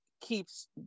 keeps